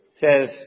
says